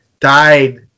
died